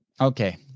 Okay